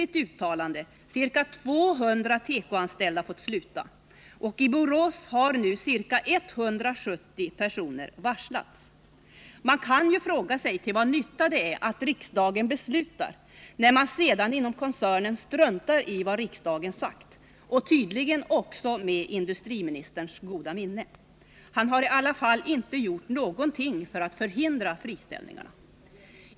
tekoanställda fått sluta. I Borås har nu ca 170 personer varslats. Man kan ju fråga sig till vad nytta det är att riksdagen beslutar, när sedan koncernen struntar i vad riksdagen sagt, tydligen med industriministerns goda minne. Han har i alla fall inte gjort någonting för att förhindra friställningarna.